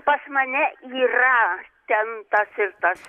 pas mane yra ten tas ir tas